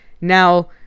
Now